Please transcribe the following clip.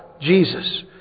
Jesus